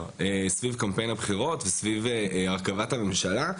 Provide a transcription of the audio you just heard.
סביב קמפיין הבחירות וסביב הרכבת הממשלה.